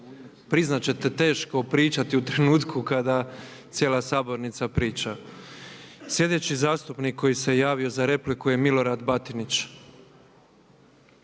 priznat ćete teško pričati u trenutku kada cijela sabornica priča. Sljedeći zastupnik koji se javio za repliku je Milorad Batinić.